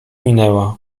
minęła